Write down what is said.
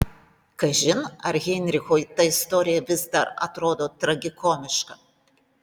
kažin ar heinrichui ta istorija vis dar atrodo tragikomiška